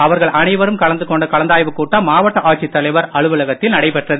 அவர்கள் அனைவரும் கலந்து கொண்ட கலந்தாய்வு கூட்டம் மாவட்ட ஆட்சித் தலைவர் அலுவலகத்தில் நடைபெற்றது